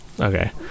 Okay